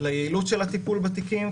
ליעילות של הטיפול בתיקים,